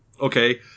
Okay